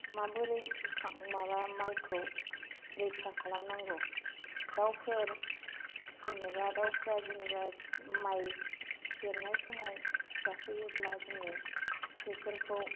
माबोरै बोखां माबा मायखौ रैखा खालामनांगौ दाउफोर जेनेबा दाउफोरा जेनेबा माइ देरनाय समाव जाफैयोब्ला जोङो बेफोरखौ